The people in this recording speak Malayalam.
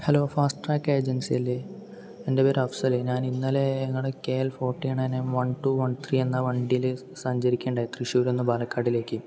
ഹലോ ഫാസ്റ്റ്ട്രാക്ക് ഏജൻസി അല്ലേ എന്റെ പേര് അഫ്സൽ ഞാൻ ഇന്നലെ K L forty nine M one two one three എന്നാൽ വണ്ടിയില് സഞ്ചാരിക്കുകയുണ്ടായി തൃശ്ശൂരിൽ നിന്നു പാലക്കാടിലേക്ക്